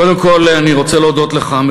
קודם כול אני רוצה להודות לך,